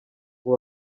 ngo